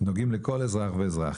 נוגעים לכל אזרח ואזרח.